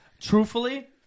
Truthfully